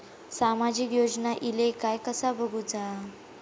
सामाजिक योजना इले काय कसा बघुचा?